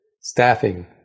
Staffing